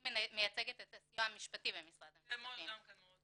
אני מייצגת את הסיוע המשפטי במשרד המשפטים.